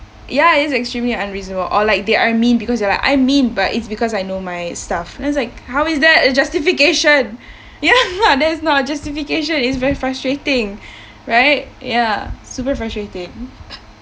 ya it's extremely unreasonable or like they are mean because they are I mean but it's because I know my stuff and it's like how is that a justification ya that is not a justification it's very frustrating right ya super frustrating